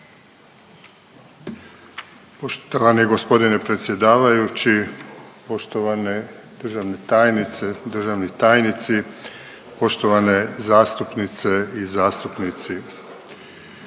Poštovani gospodine predsjedavajući, poštovane državne tajnice, državni tajnici, poštovane zastupnice i zastupnici.